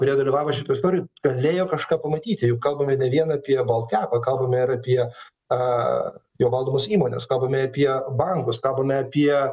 kurie dalyvavo šitoj istorijoj galėjo kažką pamatyti juk kalbame ne vien apie bolt kepą kalbame apie jų valdomas įmonės kalbame apie bankus kalbame apie